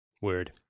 Word